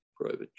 private